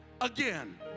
again